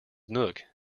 nook